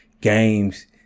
games